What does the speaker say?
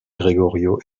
gregorio